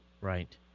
Right